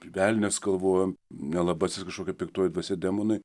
velnias galvojom nelabasis kažkokia piktoji dvasia demonai